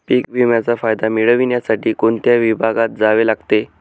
पीक विम्याचा फायदा मिळविण्यासाठी कोणत्या विभागात जावे लागते?